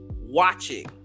watching